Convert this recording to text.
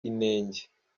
inenge